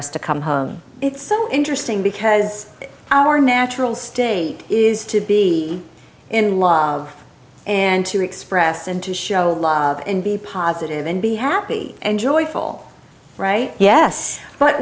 us to come home it's so interesting because our natural state is to be in and to express and to show love and be positive and be happy and joyful right yes but